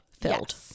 filled